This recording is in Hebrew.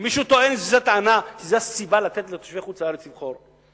אם מישהו טוען שזו הסיבה לתת לתושבי חוץ-לארץ לבחור.